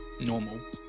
normal